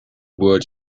word